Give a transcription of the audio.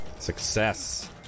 Success